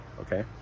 okay